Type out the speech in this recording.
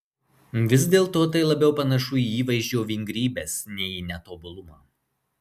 vis dėlto tai labiau panašu į įvaizdžio vingrybes nei į netobulumą